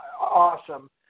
awesome